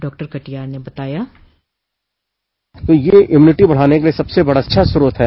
श्री कटियार ने बताया ये इम्यूनिटी बढ़ाने का सबसे बड़ा अच्छा स्रोत हैं